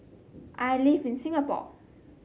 I live in Singapore